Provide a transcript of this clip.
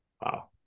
Wow